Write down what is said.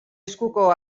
eskuko